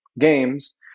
games